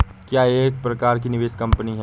क्या यह एक प्रकार की निवेश कंपनी है?